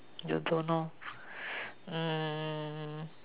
you don't know mm